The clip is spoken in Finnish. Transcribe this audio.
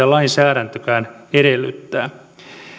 lainsäädäntökään edellyttää